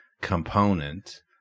component